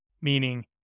Meaning